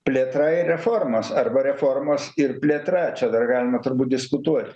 plėtra ir reformos arba reformos ir plėtra čia dar galima turbūt diskutuoti